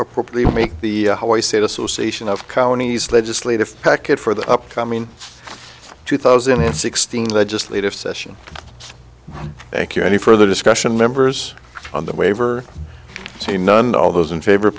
or probably make the association of counties legislative package for the upcoming two thousand and sixteen legislative session thank you any further discussion members on the waiver see none all those in favor of